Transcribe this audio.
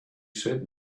said